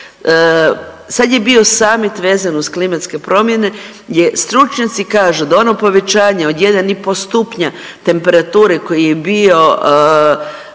Sad je bio samit vezan uz klimatske promjene gdje stručnjaci kažu da ono povećanje od 1,5 stupnja temperature koji je bio